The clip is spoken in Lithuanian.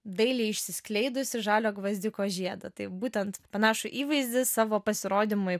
dailiai išsiskleidusį žalio gvazdiko žiedą tai būtent panašų įvaizdį savo pasirodymui